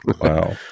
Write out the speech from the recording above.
Wow